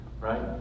Right